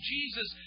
Jesus